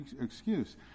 excuse